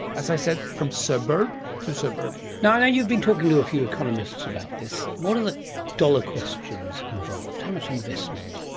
as i said, from suburb to suburb. i know you've been talking to a few economists about this. what are the dollar questions involved, how much investment?